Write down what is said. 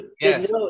yes